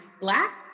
black